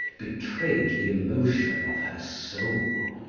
betrayed the emotion of her soul.